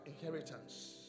inheritance